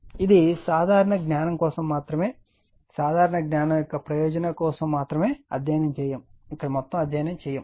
ఇది సాధారణ జ్ఞానం యొక్క ప్రయోజనం కోసం మాత్రమే అధ్యయనం చేయము